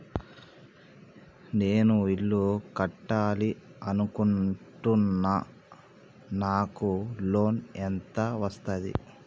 నేను ఇల్లు కట్టాలి అనుకుంటున్నా? నాకు లోన్ ఎంత వస్తది?